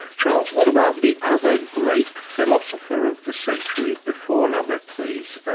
charles, what about the other great philosopher of the century before la mettrie's,